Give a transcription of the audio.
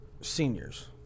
seniors